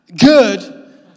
good